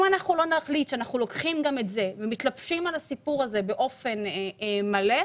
אם לא נחליט שאנחנו לוקחים ומתלבשים על הסיפור הזה באופן מלא,